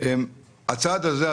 הצעד הזה,